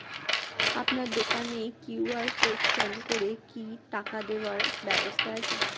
আপনার দোকানে QR code scan করে কি টাকা দেওয়ার ব্যবস্থা আছে?